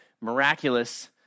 miraculous